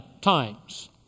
times